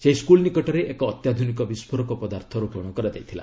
ସେହି ସ୍କୁଲ୍ ନିକଟରେ ଏକ ଅତ୍ୟାଧୁନିକ ବିସ୍ଫୋରକ ପଦାର୍ଥ ରୋପଣ କରାଯାଇଥିଲା